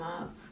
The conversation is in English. up